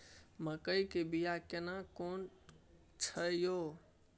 मकई के बिया केना कोन छै यो?